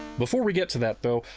before we get to that though,